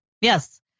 Yes